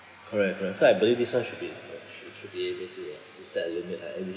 correct correct so I believe this [one] should be uh should should be able to ah to set a limit